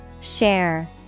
Share